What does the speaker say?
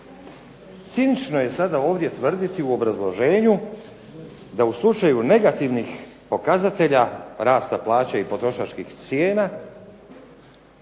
Cinično je sada ovdje tvrditi u obrazloženju da u slučaju negativnih pokazatelja rasta plaća i potrošačkih cijena